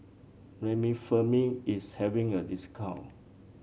remifemin is having a discount